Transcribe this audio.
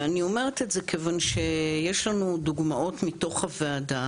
אני אומרת את זה כיוון שיש לנו דוגמאות מתוך הוועדה